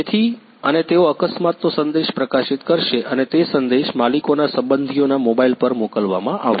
તેથી અને તેઓ અકસ્માતનો સંદેશ પ્રકાશિત કરશે અને તે સંદેશ માલિકોના સંબંધીઓના મોબાઇલ પર મોકલવામાં આવશે